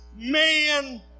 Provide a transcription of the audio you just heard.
man